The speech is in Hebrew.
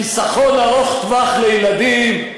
חיסכון ארוך-טווח לילדים,